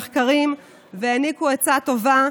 מחקרים והעניקו עצה טובה,